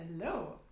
Hello